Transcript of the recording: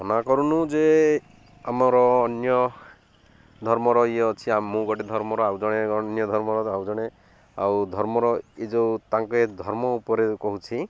ମନା କରୁନୁ ଯେ ଆମର ଅନ୍ୟ ଧର୍ମର ଇଏ ଅଛି ମୁଁ ଗୋଟେ ଧର୍ମର ଆଉ ଜଣେ ଅନ୍ୟ ଧର୍ମର ଆଉ ଜଣେ ଆଉ ଧର୍ମର ଏଇଏ ଯେଉଁ ତାଙ୍କେ ଧର୍ମ ଉପରେ କହୁଛି